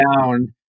down